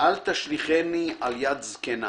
"אל תשליכני על יד זקנה